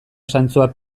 zantzuak